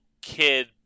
kid